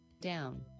Down